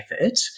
effort